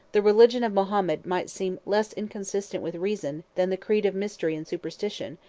the religion of mahomet might seem less inconsistent with reason than the creed of mystery and superstition,